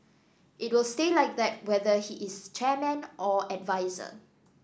it will stay like that whether he is chairman or adviser